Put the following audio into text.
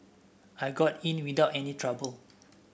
I got in without any trouble